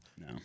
No